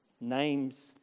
Names